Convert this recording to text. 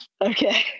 Okay